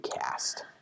cast